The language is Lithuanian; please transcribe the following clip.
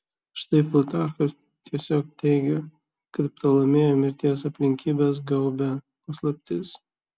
štai plutarchas tiesiog teigia kad ptolemėjo mirties aplinkybes gaubia paslaptis